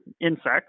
insects